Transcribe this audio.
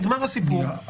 נגמר הסיפור.